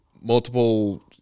Multiple